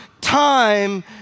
time